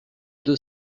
deux